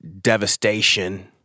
devastation